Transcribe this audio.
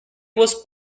was